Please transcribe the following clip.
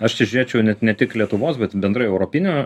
aš tai žiūrėčiau net ne tik lietuvos bet bendrai europinio